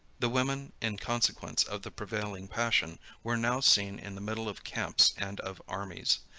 the women, in consequence of the prevailing passion, were now seen in the middle of camps and of armies.